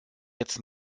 jetzt